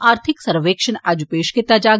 अर्थिक सर्र्वेक्षण अज्ज पेश कीता जाग